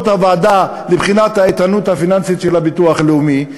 הוועדה מבחינת האיתנות הפיננסית של הביטוח הלאומי.